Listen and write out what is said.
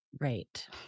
Right